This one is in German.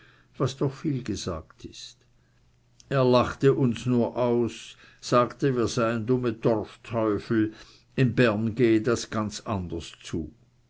was doch viel gesagt ist er lachte uns nur aus sagte wir seien dumme dorfteufel in bern gehe das ganz anders zu